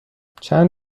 چند